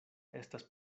estas